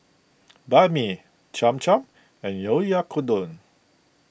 Banh Mi Cham Cham and Oyakodon